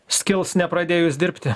skils nepradėjus dirbti